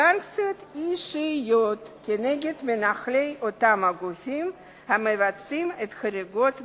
סנקציות אישיות נגד מנהלי אותם הגופים המבצעים את החריגות בפועל,